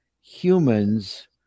humans